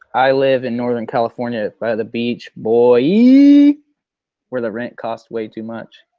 i live in northern california by the beach boooooy! where the rent costs way too much.